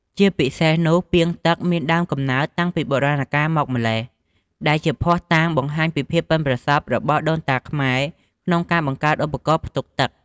ជាពិសេសនោះ ពាងទឹក មានដើមកំណើតតាំងពីបុរាណកាលមកម្ល៉េះ ដែលជាភស្តុតាងបង្ហាញពីភាពប៉ិនប្រសប់របស់ដូនតាខ្មែរក្នុងការបង្កើតឧបករណ៍ផ្ទុកទឹក។